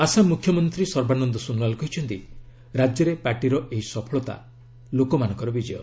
ଆସାମ ମ୍ରଖ୍ୟମନ୍ତ୍ରୀ ସର୍ବାନନ୍ଦ ସୋନୱାଲ କହିଛନ୍ତି ରାଜ୍ୟରେ ପାର୍ଟିର ଏହି ସଫଳତା ଲୋକମାନଙ୍କ ବିଜୟ